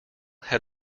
had